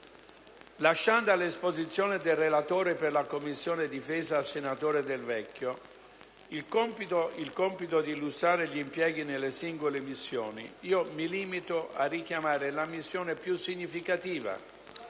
Lasciando all'esposizione del relatore per la Commissione difesa, senatore Del Vecchio, il compito di illustrare gli impieghi nelle singole missioni, mi limito a richiamare la missione più significativa,